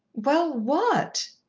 well, what?